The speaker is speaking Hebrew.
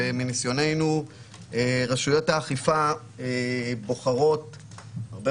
ומניסיוננו רשויות האכיפה בוחרות הרבה